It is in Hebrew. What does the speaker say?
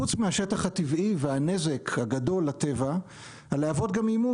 פרט לשטח הטבעי והנזק הגדול לטבע הלהבות איימו